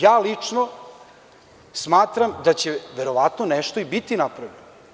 Ja lično smatram da će verovatno nešto i biti napravljeno.